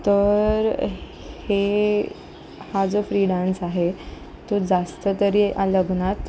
तर हे हा जो फ्री डान्स आहे तो जास्त तरी आ लग्नात